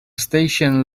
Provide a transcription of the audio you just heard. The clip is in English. station